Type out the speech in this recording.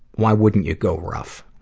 why wouldn't you go rough?